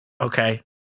Okay